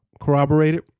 corroborated